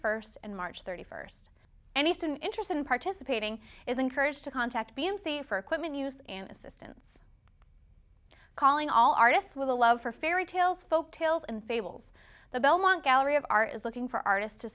first and march thirty first and easton interested in participating is encouraged to contact the m c a for equipment use and assistance calling all artists with a love for fairy tales folk tales and fables the belmont gallery of art is looking for artists to